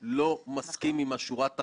חברי הכנסת מפעילים שיקול דעת,